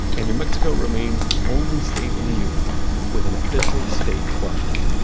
and new mexico remains the only state in the union with an official state question,